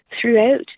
throughout